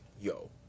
yo